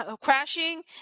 Crashing